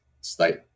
state